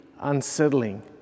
unsettling